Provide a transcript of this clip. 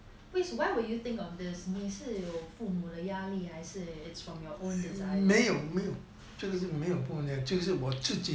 why will you think of this 你是有你父母的压力还是 it's from your own desire